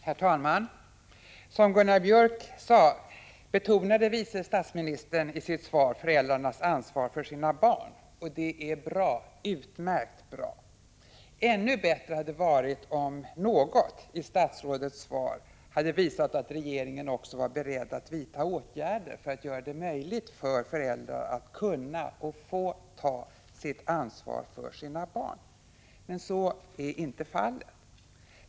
Herr talman! Som Gunnar Biörck i Värmdö sade betonade vice statsministern i sitt svar föräldrarnas ansvar för sina barn. Det är bra, utmärkt bra. Ännu bättre hade det varit om något i statsrådets svar hade visat att regeringen också var beredd att vidta åtgärder för att göra det möjligt för föräldrar att kunna och få ta sitt ansvar för sina barn. Så är emellertid inte fallet.